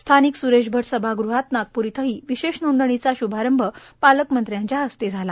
स्यानिक सुरेश भट समागृहात नागपूर इथंडी विशेष नोंदणीचा शुभारंभ पालकमंत्र्यांच्या हस्ते झाला